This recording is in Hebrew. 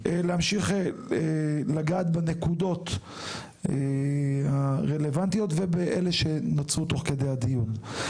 ולהמשיך לגעת בנקודות הרלוונטיות ובאלה שנוצרו תוך כדי הדיון.